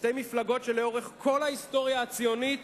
שתי מפלגות שלאורך כל ההיסטוריה הציונית